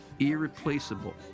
irreplaceable